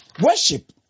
Worship